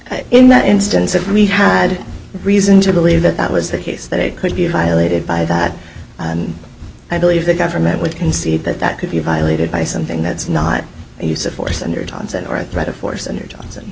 it in that instance if we had reason to believe that that was the case that it could be violated by that i believe the government would concede that that could be violated by something that's not use of force and or threat of force and or johnson